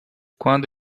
quando